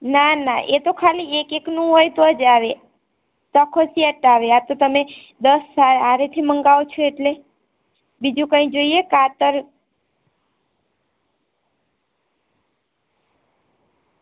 ના ના એતો ખાલી એક એકનું હોય તો જ આવે આખો સેટ આવે આ તો તમે દસ સાથેથી મંગાવો છો એટલે બીજું કંઈ જોઈએ કાતર